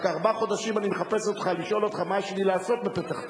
רק ארבעה חודשים אני מחפש אותך לשאול אותך מה יש לי לעשות בפתח-תקווה.